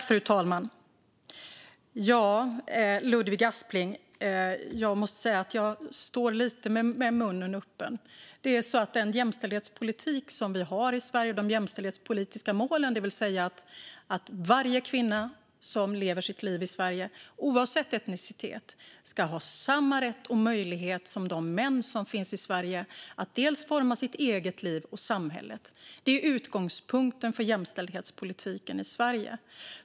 Fru talman! Ja, Ludvig Aspling, jag tappar lite hakan. De jämställdhetspolitiska mål vi har i Sverige om att varje kvinna i Sverige oavsett etnicitet ska ha samma rätt och möjlighet som männen i Sverige att forma både sitt eget liv och samhället. Det är utgångspunkten för jämställdhetspolitiken i Sverige.